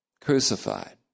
crucified